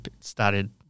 started